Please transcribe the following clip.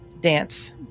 Dance